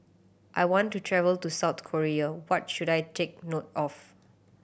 I want to travel to South Korea what should I take note of